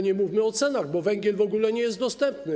Nie mówmy o cenach, bo węgiel w ogóle nie jest dostępny.